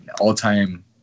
all-time